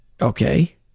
Okay